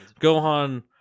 Gohan